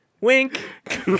Wink